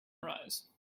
arise